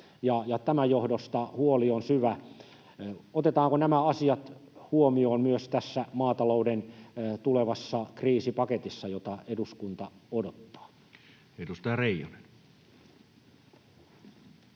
tämän johdosta huoli on syvä. Otetaanko nämä asiat huomioon myös tässä maatalouden tulevassa kriisipaketissa, jota eduskunta odottaa? [Speech